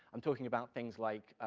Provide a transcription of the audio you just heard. i'm talking about things like,